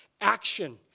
action